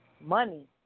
money